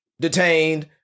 detained